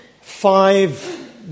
five